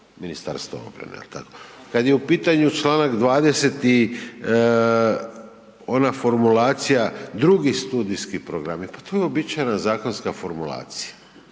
financira preko MORH-a. Kad je u pitanju čl. 20., ona formulacija „drugi studijski programi“, pa to je uobičajena zakonska formulacija.